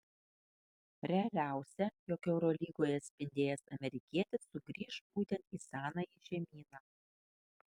realiausia jog eurolygoje spindėjęs amerikietis sugrįš būtent į senąjį žemyną